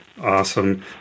Awesome